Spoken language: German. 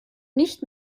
nicht